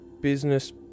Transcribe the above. business